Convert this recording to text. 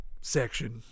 section